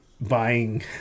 buying